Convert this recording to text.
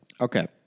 Okay